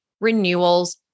renewals